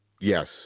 yes